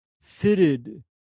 fitted